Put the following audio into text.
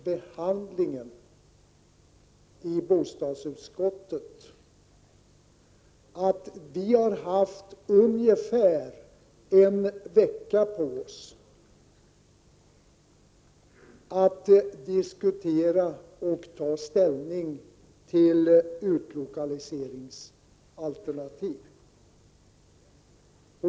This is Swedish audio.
tet vill jag understryka att vi har haft ungefär en vecka på oss att diskutera och ta ställning till utlokaliseringsalternativ.